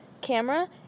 camera